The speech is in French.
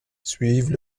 suivent